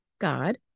God